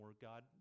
God